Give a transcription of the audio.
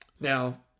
Now